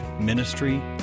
ministry